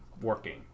working